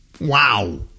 Wow